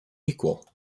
equal